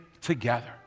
together